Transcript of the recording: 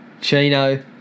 Chino